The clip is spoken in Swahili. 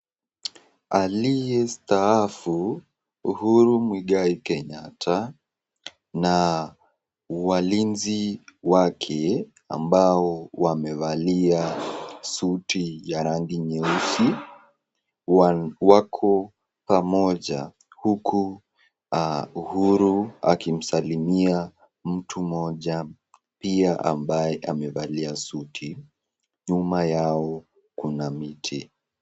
Aliyestaafu Uhuru Muigai Kenyatta na walinzi wake ambao wamevalia suti ya rangi nyeusi wako pamoja huku Uhuru akimsalimia mtu mmoja pia ambaye amevalia suti, nyuma yao kuna miti.